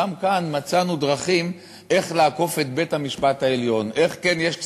גם כאן מצאנו דרכים איך לעקוף את בית-המשפט העליון,